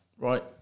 Right